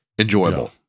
enjoyable